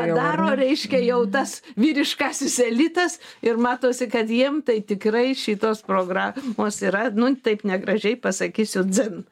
padaro reiškia jau tas vyriškasis elitas ir matosi kad jiem tai tikrai šitos programos yra nu taip negražiai pasakysiu dzin